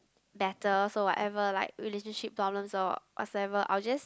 better so whatever like relationship problems or whatever I will just